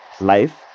life